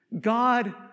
God